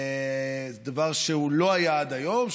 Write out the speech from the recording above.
דבר שלא היה עד היום,